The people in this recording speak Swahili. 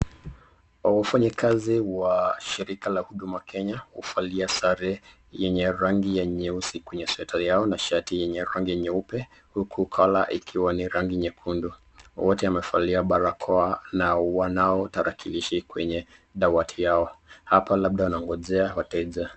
Wafanyikazi wa shirika ya huduma kenya huvalia sare yenye rangi ya nyeusi kwenye sweta yao na shati yenye rangi nyeupe huku kola ikiwa ni rangi nyekundu wote wamevalia barakoa na wanao tarakilishi kwenye dawati yao apa labda wanangojea wateja.